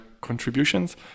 contributions